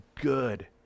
good